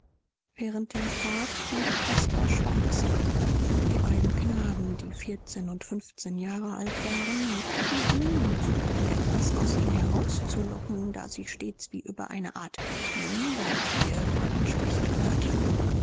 während der fahrt blieb caspar schweigsam die beiden knaben die vierzehn und fünfzehn jahre alt waren neckten ihn und suchten etwas aus ihm herauszulocken da sie stets wie über eine art wundertier über ihn sprechen gehört hatten